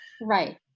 Right